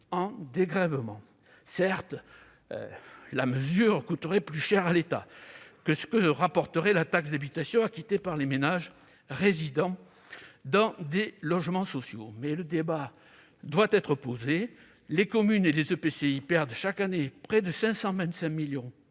en dégrèvements. Certes, la mesure coûterait plus cher à l'État que ce que rapportait la taxe d'habitation acquittée par les ménages résidant dans des logements sociaux, mais le débat doit être posé : les communes et les EPCI perdent chaque année près de 525 millions